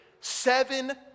seven